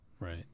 Right